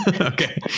Okay